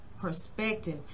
perspective